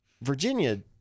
Virginia